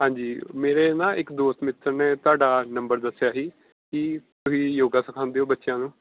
ਹਾਂਜੀ ਮੇਰੇ ਨਾ ਇੱਕ ਦੋਸਤ ਮਿੱਤਰ ਨੇ ਤੁਹਾਡਾ ਨੰਬਰ ਦੱਸਿਆ ਸੀ ਕਿ ਤੁਸੀਂ ਯੋਗਾ ਸਿਖਾਉਂਦੇ ਹੋ ਬੱਚਿਆਂ ਨੂੰ